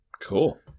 Cool